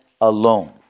alone